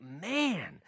man